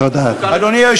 תודה רבה.